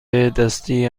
دستی